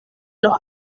los